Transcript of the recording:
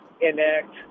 enact